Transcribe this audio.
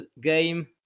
game